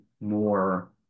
more